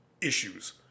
issues